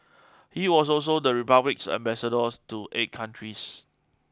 he was also the Republic's ambassador to eight countries